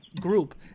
group